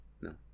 No